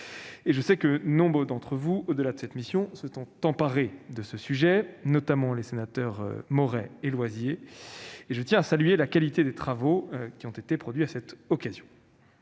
Je sais que nombre d'entre vous, au-delà de cette mission, se sont emparés de ce sujet, notamment les sénateurs Maurey et Loisier, et je tiens à saluer la qualité des travaux qui ont été produits à cette occasion.